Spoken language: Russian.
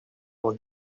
его